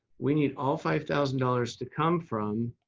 we need all five thousand dollars to come from